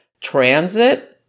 transit